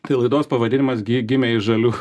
tai laidos pavadinimas gi gimė iš žalių